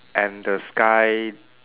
and the sky